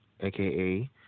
aka